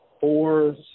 four